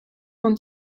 man